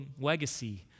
legacy